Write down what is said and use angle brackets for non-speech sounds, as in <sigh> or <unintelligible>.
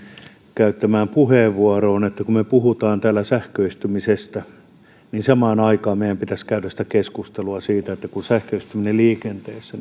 käyttämään puheenvuoroon että kun me puhumme täällä sähköistymisestä niin samaan aikaan meidän pitäisi käydä keskustelua siitä kuinka paljon sähköistyminen liikenteessä <unintelligible>